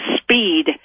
speed